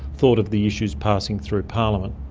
thought of the issues passing through parliament.